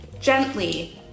gently